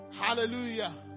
Hallelujah